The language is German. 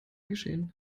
geschehen